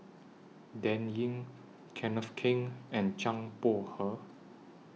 Dan Ying Kenneth Keng and Zhang Bohe